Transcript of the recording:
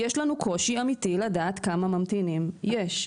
יש לנו קושי אמתי לדעת כמה ממתינים יש.